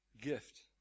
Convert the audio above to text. gift